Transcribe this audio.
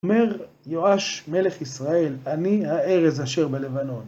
אומר יואש מלך ישראל, אני הארז אשר בלבנון.